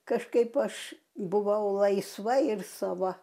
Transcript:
kažkaip aš buvau laisva ir sava